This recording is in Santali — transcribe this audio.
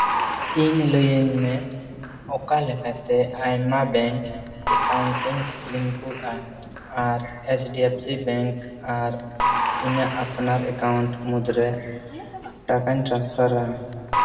ᱤᱧ ᱞᱟᱹᱭᱟᱹᱧ ᱢᱮ ᱚᱠᱟᱞᱮᱠᱟᱛᱮ ᱟᱭᱢᱟ ᱵᱮᱝᱠ ᱮᱠᱟᱣᱩᱱᱴᱤᱝ ᱞᱤᱝᱠᱼᱟ ᱟᱨ H D F C bank ᱟᱨ ᱤᱧᱟᱹᱜ ᱟᱯᱱᱟᱨ ᱮᱠᱟᱣᱩᱱᱴ ᱢᱩᱫᱽᱨᱮ ᱴᱟᱠᱟᱧ ᱴᱨᱟᱱᱥᱯᱷᱟᱨᱟ